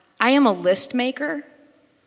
i am a list-maker.